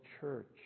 church